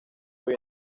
hoy